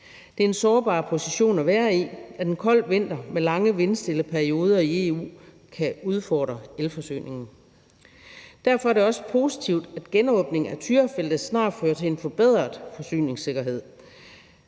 Det er en sårbar position at være i, at en kold vinter med lange vindstille perioder kan udfordre elforsyningen i EU. Derfor er det også positivt, at genåbningen af Tyrafeltet snart fører til en forbedret forsyningssikkerhed.